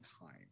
time